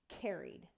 carried